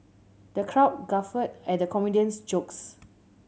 the crowd guffawed at the comedian's jokes